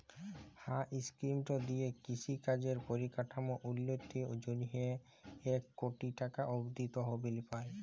হাঁ ইস্কিমট দিঁয়ে কিষি কাজের পরিকাঠামোর উল্ল্যতির জ্যনহে ইক কটি টাকা অব্দি তহবিল পায়